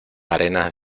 arenas